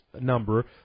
number